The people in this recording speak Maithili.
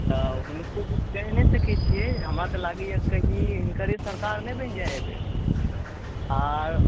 तऽ हुनको किछु कहि नहि सकै छियै हमरा तऽ लागैया कहींँ हिनकरे सरकार नहि बनि जाय एहिबेर आर